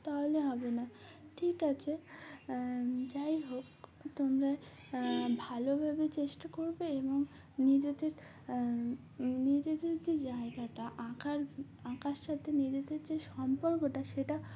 তাহলে হবে না ঠিক আছে যাই হোক তোমরা ভালোভাবে চেষ্টা করবে এবং নিজেদের নিজেদের যে জায়গাটা আঁকার আঁকার সাথে নিজেদের যে সম্পর্কটা সেটা